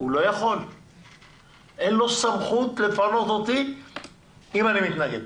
אין לו סמכות לפנות אותי אם אני מתנגד.